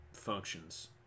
functions